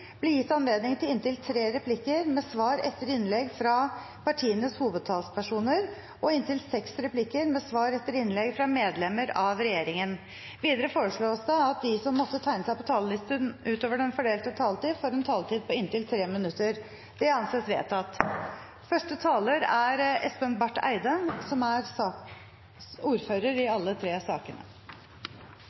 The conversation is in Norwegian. blir gitt anledning til tre replikker med svar etter innlegg fra partienes hovedtalspersoner og inntil seks replikker med svar etter innlegg fra medlemmer av regjeringen. Videre foreslås det at de som måtte tegne seg på talerlisten utover den fordelte taletid, får en taletid på inntil 3 minutter. – Det anses vedtatt. Vi har i dag til behandling energi- og miljøkomiteens innstilling på tre proposisjoner, som